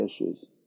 issues